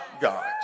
God